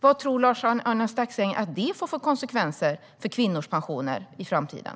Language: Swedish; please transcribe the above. Vad tror Lars-Arne Staxäng att det får för konsekvenser för kvinnors pensioner i framtiden?